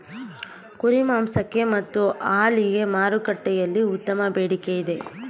ಕುರಿ ಮಾಂಸಕ್ಕೆ ಮತ್ತು ಹಾಲಿಗೆ ಮಾರುಕಟ್ಟೆಯಲ್ಲಿ ಉತ್ತಮ ಬೇಡಿಕೆ ಇದೆ